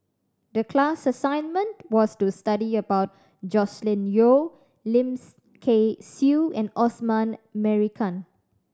the class assignment was to study about Joscelin Yeo Lim Kay Siu and Osman Merican